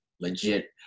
legit